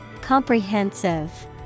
Comprehensive